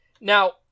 Now